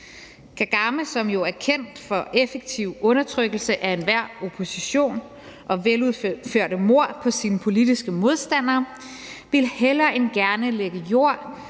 Kagame, som jo er kendt for effektiv undertrykkelse af enhver opposition og veludførte mord på sine politiske modstandere, ville hellere end gerne lægge jord